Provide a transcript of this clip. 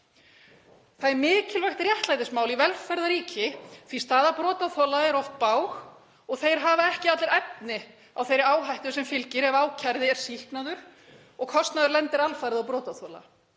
Það er mikilvægt réttlætismál í velferðarríki því að staða brotaþola er oft bág og þeir hafa ekki allir efni á þeirri áhættu sem fylgir ef ákærði er sýknaður og kostnaður lendir alfarið á brotaþola.